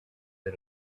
the